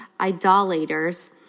idolaters